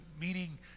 meaning